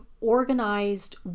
organized